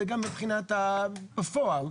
אלא גם מבחינת בפועל,